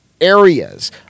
areas